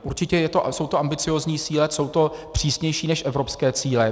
Určitě jsou to ambiciózní cíle, jsou to přísnější než evropské cíle.